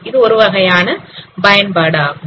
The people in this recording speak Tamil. இது ஒருவகையான பயன்பாடு ஆகும்